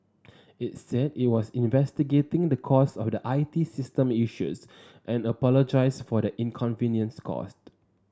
it said it was investigating the cause of the I T system issues and apologised for the inconvenience caused